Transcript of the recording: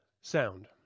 Sound